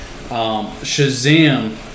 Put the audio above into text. Shazam